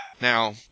Now